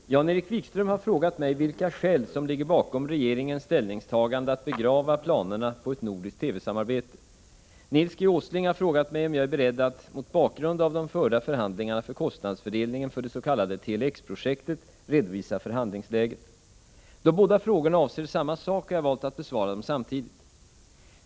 Fru talman! Jan-Erik Wikström har frågat mig vilka skäl som ligger bakom regeringens ställningstagande att begrava planerna på ett nordiskt TV samarbete. Nils G. Åsling har frågat mig om jag är beredd att, mot bakgrund av de förda förhandlingarna för kostnadsfördelningen för det s.k. Tele-X projektet, redovisa förhandlingsläget. Då båda frågorna avser samma sak har jag valt att besvara dem samtidigt.